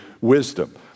wisdom